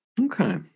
Okay